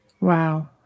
Wow